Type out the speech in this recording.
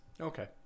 Okay